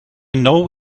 know